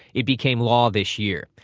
it became law this year.